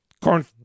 corn